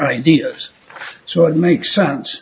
ideas so it makes sense